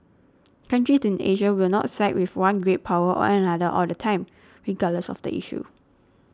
countries in Asia will not side with one great power or another all the time regardless of the issue